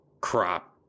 crop